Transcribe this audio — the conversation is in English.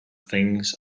things